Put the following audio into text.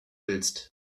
willst